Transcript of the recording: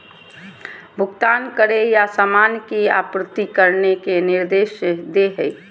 भुगतान करे या सामान की आपूर्ति करने के निर्देश दे हइ